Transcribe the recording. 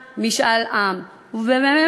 מס' 3, משאל עם באיזה